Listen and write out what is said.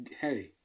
hey